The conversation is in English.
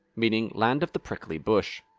meaning land of the prickly bush.